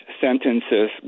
sentences